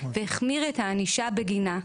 והחמיר את הענישה בגינה,